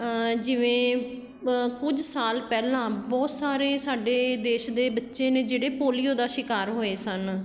ਜਿਵੇਂ ਕੁਝ ਸਾਲ ਪਹਿਲਾਂ ਬਹੁਤ ਸਾਰੇ ਸਾਡੇ ਦੇਸ਼ ਦੇ ਬੱਚੇ ਨੇ ਜਿਹੜੇ ਪੋਲਿਓ ਦਾ ਸ਼ਿਕਾਰ ਹੋਏ ਸਨ